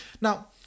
Now